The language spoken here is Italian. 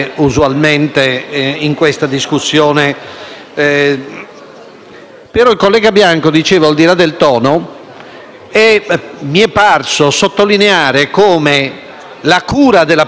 Però, il collega Bianco, al di là del tono, mi è parso sottolineare come la cura della persona costituisca una premessa importante per l'efficacia delle terapie.